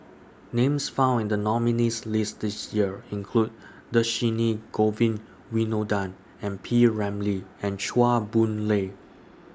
Names found in The nominees' list This Year include Dhershini Govin Winodan and P Ramlee and Chua Boon Lay